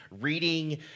reading